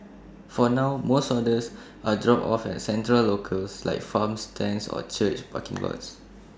for now most orders are dropped off at central locales like farm stands or church parking lots